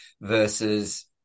versus